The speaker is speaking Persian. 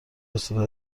استفاده